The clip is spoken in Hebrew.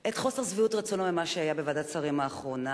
את חוסר שביעות רצונו ממה שהיה בוועדת השרים האחרונה,